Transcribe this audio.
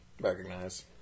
recognize